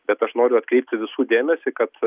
bet aš noriu atkreipti visų dėmesį kad